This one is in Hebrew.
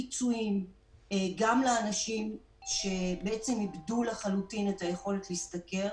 פיצויים לאנשים שאיבדו לחלוטין את היכולת להשתכר